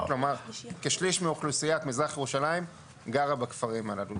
כשליש מאוכלוסיית מזרח ירושלים גרה בכפרים הללו,